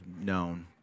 known